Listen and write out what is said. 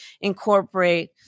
incorporate